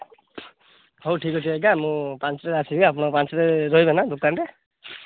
ହଉ ଠିକ୍ ଅଛି ଆଜ୍ଞା ମୁଁ ପାଞ୍ଚଟାରେ ଆସିବି ଆପଣ ପାଞ୍ଚଟାରେ ରହିବେ ନା ଦୋକାନରେ